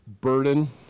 burden